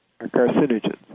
carcinogens